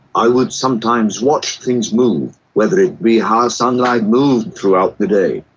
i would sometimes watch things move, whether it be how sunlight moved throughout the day,